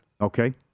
Okay